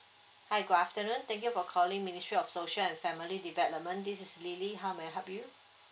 hi good afternoon thank you for calling ministry of social and family development this is lily how may I help you